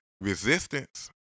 Resistance